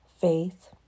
faith